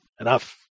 enough